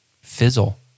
fizzle